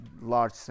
large